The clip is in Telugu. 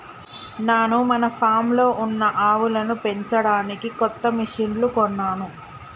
నాను మన ఫామ్లో ఉన్న ఆవులను పెంచడానికి కొత్త మిషిన్లు కొన్నాను